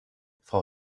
frau